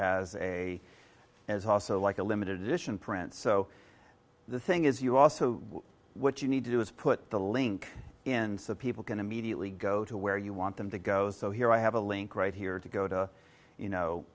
as a as also like a limited edition print so the saying is you also what you need to do is put the link in so people can immediately go to where you want them to go so here i have a link right here to go to you know